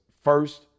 first